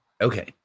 Okay